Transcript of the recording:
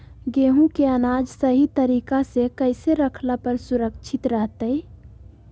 गेहूं के अनाज सही तरीका से कैसे रखला पर सुरक्षित रहतय?